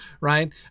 right